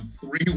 three